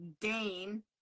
Dane